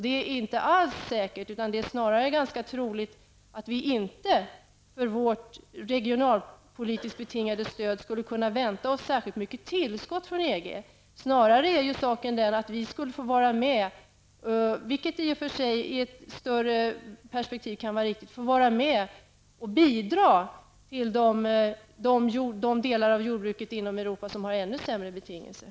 Det är inte alls säkert, utan snarare ganska troligt att vi inte för vårt regionalpolitiskt betingade stöd skulle kunna vänta oss särskilt mycket tillskott från EG. Vi skulle snarare få vara med -- vilket i ett större perspektiv i och för sig kan vara riktigt -- och bidra till de delar av jordbruket i Europa som har ännu sämre betingelser.